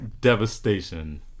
devastation